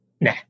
nah